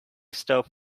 stuff